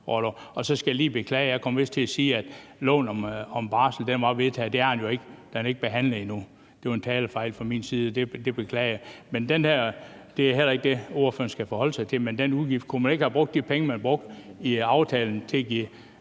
Så skal jeg lige beklage, at jeg vist kom til at sige, at loven om barsel var vedtaget – det er den jo ikke. Den er ikke behandlet endnu. Det var en talefejl fra min side, og det beklager jeg. Det er heller ikke det, ordføreren skal forholde sig til, men kunne man ikke have brugt de penge, man brugte på aftalen om at give